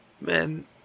Man